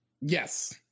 Yes